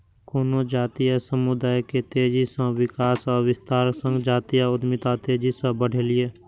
कोनो जातीय समुदाय के तेजी सं विकास आ विस्तारक संग जातीय उद्यमिता तेजी सं बढ़लैए